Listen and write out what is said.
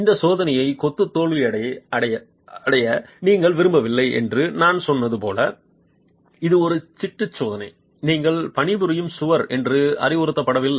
இந்த சோதனையில் கொத்து தோல்வியடைய நீங்கள் விரும்பவில்லை என்று நான் சொன்னது போல இது ஒரு சிட்டு சோதனை நீங்கள் பணிபுரியும் சுவர் என்று அறிவுறுத்தப்படவில்லை